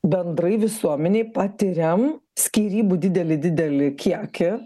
bendrai visuomenėj patiriam skyrybų didelį didelį kiekį